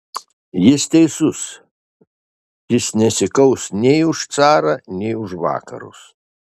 jis teisus jis nesikaus nei už carą nei už vakarus